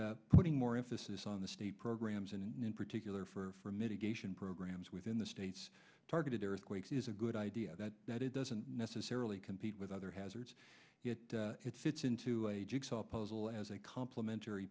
putting more emphasis on the state programs and in particular for mitigation programs within the states targeted earthquakes is a good idea that that it doesn't necessarily compete with other hazards that it fits into a jigsaw puzzle as a complimentary